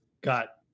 got